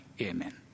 Amen